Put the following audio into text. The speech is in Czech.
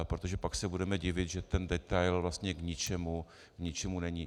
Protože pak se budeme divit, že ten detail vlastně k ničemu není.